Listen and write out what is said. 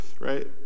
right